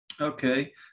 Okay